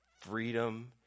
Freedom